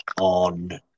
on